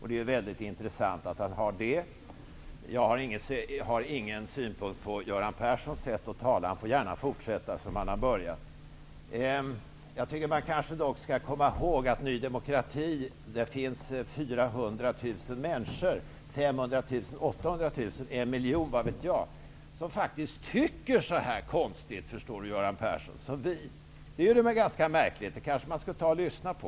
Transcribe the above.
Det är mycket intressant att han har det. Jag har inga synpunkter på Göran Perssons sätt att tala. Han får gärna fortsätta som han har börjat. När det gäller Ny demokrati tycker jag dock att man skall komma ihåg att det finns 400 000, 500 000, 800 000 eller kanske t.o.m. en miljon människor som faktiskt tycker så här konstigt som vi. Det är väl ganska märkligt, och dem kanske man skall lyssna på.